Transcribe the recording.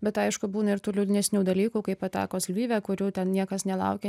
bet aišku būna ir tų liūdnesnių dalykų kaip atakos lvive kurių ten niekas nelaukia